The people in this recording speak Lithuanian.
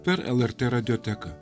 per lrtradioteką